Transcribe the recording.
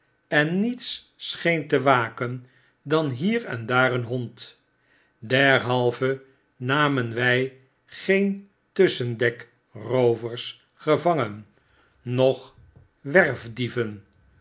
en niets scheen te waken dan hier en daar een hond derhalve namen wij geen tusschendek roovers gevangen noch werf die